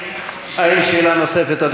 אדוני, האם יש שאלה נוספת?